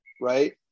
right